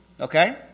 Okay